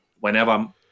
Whenever